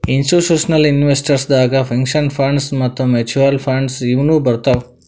institutional investors ದಾಗ್ pension funds ಮತ್ತ್ mutual funds ಇವ್ನು ಬರ್ತವ್